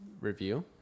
review